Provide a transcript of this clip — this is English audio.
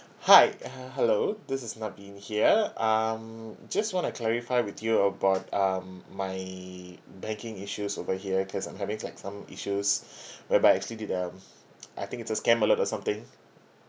hi uh hello this is naveen here um just want to clarify with you about um my banking issues over here cause I'm having like some issues whereby I actually did um I think it's a scam alert or something